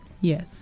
Yes